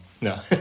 No